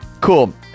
cool